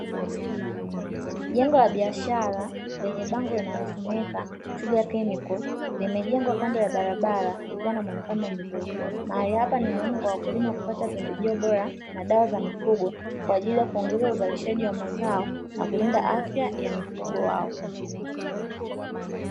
Jengo la biashara lenye bango linalosomeka "Chuga chemical", limejemgwa kando ya barabara likiwa na muonekano mzuri. Mahali hapa ni muhimu kwa wakulima kupata pembejeo bora na dawa za mifugo, kwa ajili ya kuongeza uzalishaji wa mazao na kulinda afya ya mifugo zao.